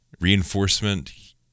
reinforcement